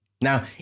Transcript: Now